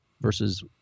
versus